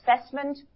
assessment